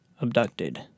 Abducted